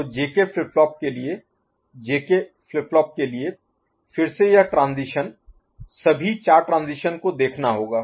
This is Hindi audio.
तो JK फ्लिप फ्लॉप के लिए JK फ्लिप फ्लॉप के लिए फिर से यह ट्रांजीशन सभी चार ट्रांजीशन को देखना होगा